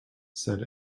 said